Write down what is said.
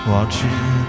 Watching